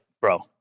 Bro